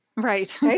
right